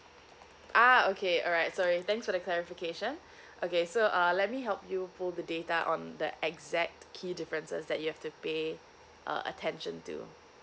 ah okay alright sorry thanks for the clarification okay so uh let me help you pull the data on the exact key differences that you have to pay uh attention to